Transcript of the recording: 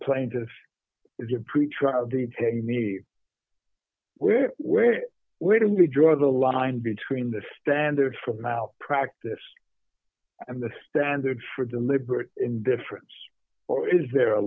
plaintiff is a pretrial detainee where where where do we draw the line between the standards for malpractise and the standards for deliberate indifference or is there a